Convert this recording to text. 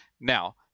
Now